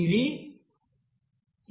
ఇది s1nx2SSxx